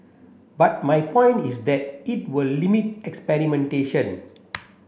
but my point is that it will limit experimentation